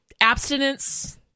abstinence